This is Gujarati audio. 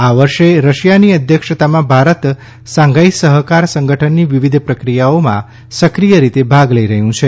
આ વર્ષે રશિયાની અધ્યક્ષતામાં ભારત શાંઘાઇ સહકાર સંગઠનની વિવિધ પ્રક્રિયાઓમાં સક્રિય રીતે ભાગ લઇ રહ્યું છે